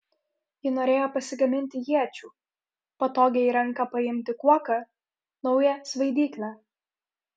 ji norėjo pasigaminti iečių patogią į ranką paimti kuoką naują svaidyklę